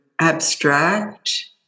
abstract